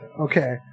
Okay